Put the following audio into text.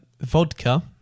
Vodka